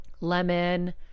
lemon